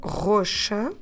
roxa